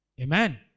Amen